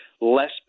less